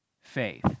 faith